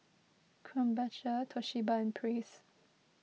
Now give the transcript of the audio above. Krombacher Toshiba and Praise